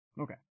Okay